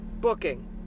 booking